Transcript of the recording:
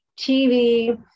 TV